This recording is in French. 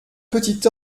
petit